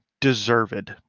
deserved